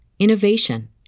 innovation